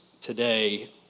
today